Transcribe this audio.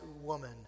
woman